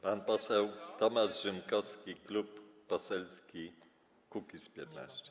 Pan poseł Tomasz Rzymkowski, Klub Poselski Kukiz’15.